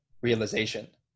realization